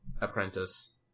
apprentice